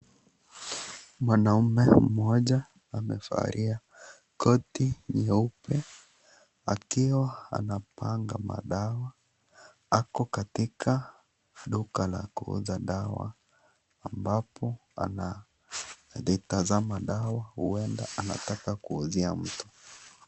Mwanaume mmoja amevalia koti nyeupe akiwa anapanga madawa ako katika duka la kuuza dawa ambapo anatazama dawa, huenda anataka kuuzia mtu.